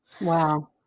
wow